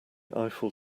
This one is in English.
eiffel